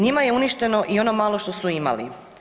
Njima je uništeno i ono malo što su imali.